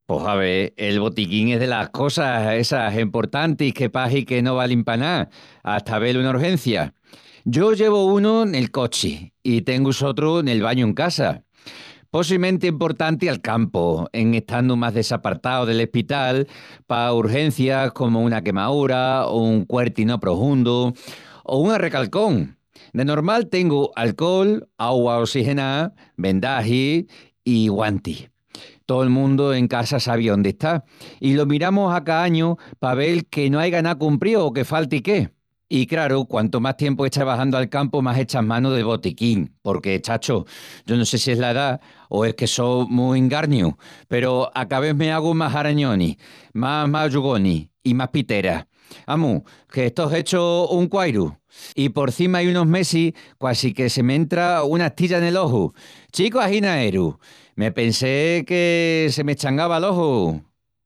Pos ave, el botiquin es delas cosas essas que pahi que no valin pa ná, hata avel una urgencia. Yo llevu unu nel cochi, i tengu sotru nel bañu en casa. Possimenti emportanti al campu, en estandu más desapartau del espital, pa urgencias comu una quemaúra, un cuerti no prohundu, o un arrecalcón. De normal tengu alcol, augua ossigená, vendagis i guantis. Tol mundu en casa sabi ondi está, i lo miramus a ca añu pa vel que no aiga ná cumpríu o que falti qué. I craru, quantu más tiempu echas trebajandu al campu más echas manu del botiquín porque, chacho, yo no sé si es la edá o es que só mu ingarniu, peru a ca vés me hagu más arañonis, mas mallugonis i más piteras. Amus, que estó hechu un quairu. I porcima ai unus mesis quasi que se m'entra una estilla nel oju. Chicu aginaeru! Me pensé que se m'eschangava l'oju!